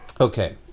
Okay